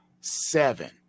seven